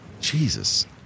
Jesus